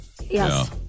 Yes